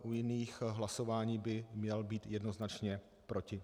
U jiných hlasování by měl být jednoznačně proti.